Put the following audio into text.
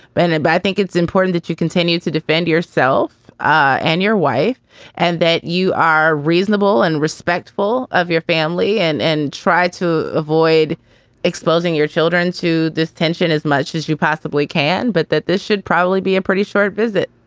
ben and but i think it's important that you continue to defend yourself ah and your wife and that you are reasonable and respectful of your family and and try to avoid exposing your children to this tension as much as you possibly can, but that this should probably be a pretty short visit.